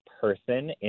person